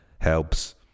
helps